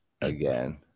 Again